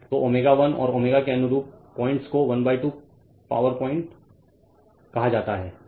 तो ω 1 और ω के अनुरूप पॉइंटस को 12 पावर पॉइंट कहा जाता है